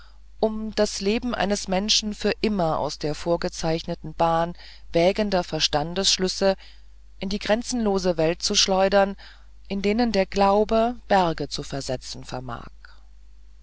um das leben eines menschen für immer aus der vorgezeichneten bahn wägender verstandsschlüsse in die grenzenlosen welten zu schleudern in denen der glaube berge zu versetzen vermag